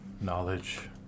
knowledge